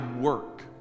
work